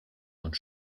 und